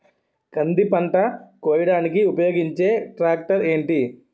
కంది పంట కోయడానికి ఉపయోగించే ట్రాక్టర్ ఏంటి?